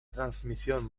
transmisión